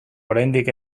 oraindik